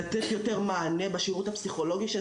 לתת יותר מענה בשירות הפסיכולוגי,